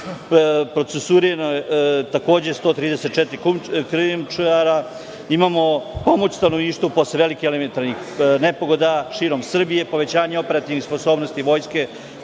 procesuirano je, takođe, 134 krijumčara; imamo pomoć stanovništvu posle velikih elementarnih nepogoda širom Srbije, povećanje operativnih sposobnosti Vojske